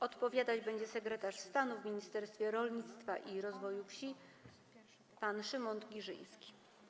Odpowiadać będzie sekretarz stanu w Ministerstwie Rolnictwa i Rozwoju Wsi pan Szymon Giżyński.